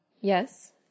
Yes